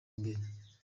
imbere